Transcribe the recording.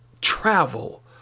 Travel